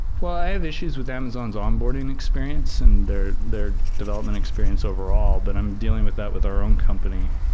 well, i have issues with amazon's onboarding experience and their their development experience overall, but i'm dealing with that with our own company.